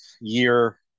year